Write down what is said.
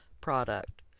product